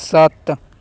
ਸੱਤ